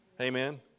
Amen